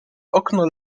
okno